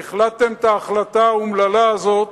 והחלטתם את ההחלטה האומללה הזאת,